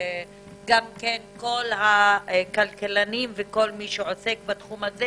שכל הכלכלנים וכל מי שעוסק בתחום הזה